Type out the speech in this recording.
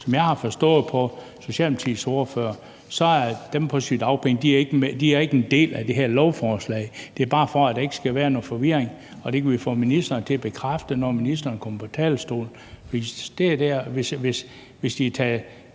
Som jeg har forstået det på Socialdemokratiets ordfører, er dem på sygedagpenge ikke en del af det her lovforslag. Det er bare for, at der ikke skal være noget forvirring, og vi kan få ministeren til at bekræfte det, når ministeren kommer på talerstolen. For hvis man tager